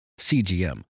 CGM